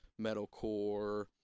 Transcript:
metalcore